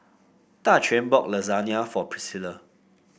Daquan bought Lasagna for Priscila